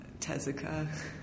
Tezuka